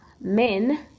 men